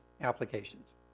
applications